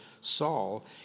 Saul